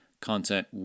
content